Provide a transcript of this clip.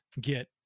get